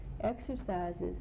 exercises